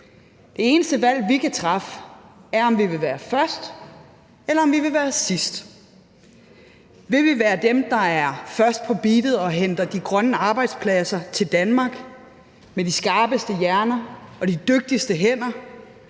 Det eneste valg, vi kan træffe, er, om vi vil være først, eller om vi vil være sidst. Vil vi være dem, der er først på beatet og henter de grønne arbejdspladser til Danmark, dem med de skarpeste hjerner og de dygtigste hænder,